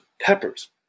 peppers